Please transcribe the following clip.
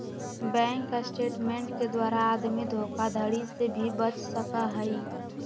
bank statement के द्वारा आदमी धोखाधडी से भी बच सका हई